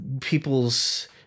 people's